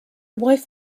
wife